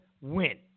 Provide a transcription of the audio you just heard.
win